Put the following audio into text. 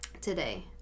today